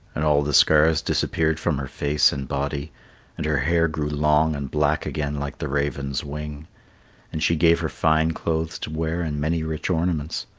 and all the scars disappeared from her face and body and her hair grew long and black again like the raven's wing and she gave her fine clothes to wear and many rich ornaments.